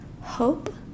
hope